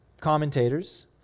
commentators